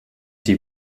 die